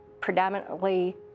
predominantly